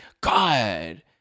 God